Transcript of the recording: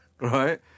right